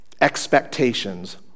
expectations